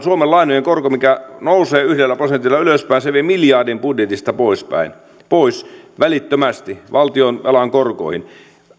suomen lainojen korko nousee ylöspäin vie miljardin budjetista poispäin pois välittömästi valtionvelan korkoihin